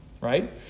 right